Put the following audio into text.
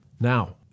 Now